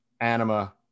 anima